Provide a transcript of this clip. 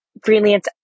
freelance